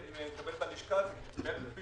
אני